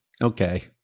okay